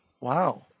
Wow